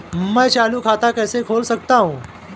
मैं चालू खाता कैसे खोल सकता हूँ?